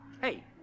hey